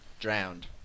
drowned